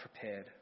prepared